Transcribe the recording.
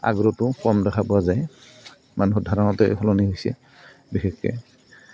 আগ্ৰহটো কম দেখা পোৱা যায় মানুহ ধাৰণাটো সলনি হৈছে বিশেষকৈ